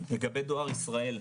לגבי דואר ישראל.